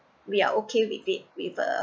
we are okay with it with a